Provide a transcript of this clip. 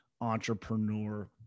entrepreneur